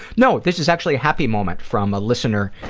no this is actually a happy moment from a listener,